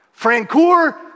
Francoeur